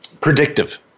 predictive